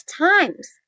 times